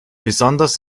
besonders